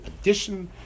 addition